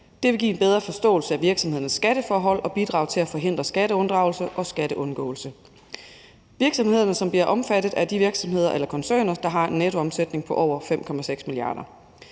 Det vil give en bedre forståelse af virksomhedernes skatteforhold og bidrage til at forhindre skatteunddragelse og skatteundgåelse. Virksomhederne, som bliver omfattet, er de virksomheder eller koncerner, der har en nettoomsætning på over 5,6 mia. kr.